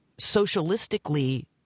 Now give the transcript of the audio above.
socialistically